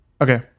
Okay